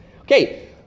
Okay